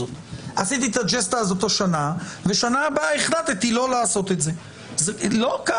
אני לא מדבר על